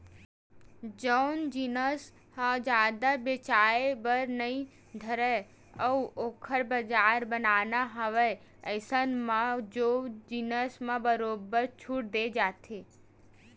जउन जिनिस ह जादा बेचाये बर नइ धरय अउ ओखर बजार बनाना हवय अइसन म ओ जिनिस म बरोबर छूट देय जाथे